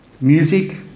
Music